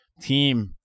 team